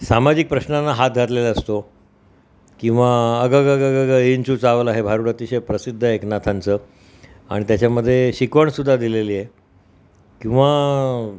सामाजिक प्रश्नांना हात घातलेला असतो किंवा अगं अगं विंचू चावला हे भारूड अतिशय प्रसिद्ध आहे एकनाथांचं आणि त्याच्यामधे शिकवणसुद्धा दिलेली आहे किंवा